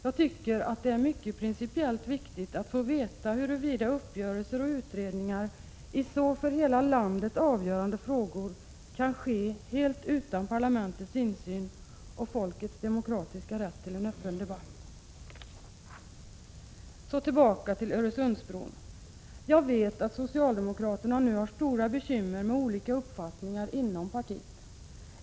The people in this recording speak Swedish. Jag tycker att det är principiellt mycket viktigt att få veta huruvida uppgörelser och utredningar i så för hela landet avgörande frågor kan genomföras helt utan parlamentets insyn och utan hänsynstagande till folkets demokratiska rätt till en öppen debatt. Så tillbaka till Öresundsbron. Jag vet att socialdemokraterna nu har stora bekymmer med olika uppfattningar inom partiet.